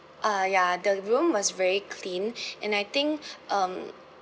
ah ya the room was very clean and I think um